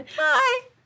Hi